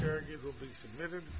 here it will be submitted